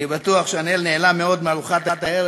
אני בטוח שאנחל נהנה מאוד מארוחת הערב